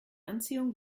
anziehung